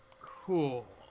Cool